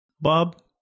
Bob